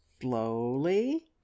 slowly